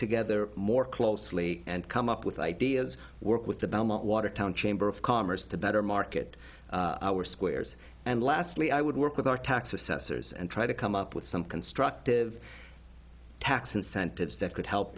together more closely and come up with ideas work with the belmont watertown chamber of commerce to better market our squares and lastly i would work with our tax assessors and try to come up with some constructive tax incentives that could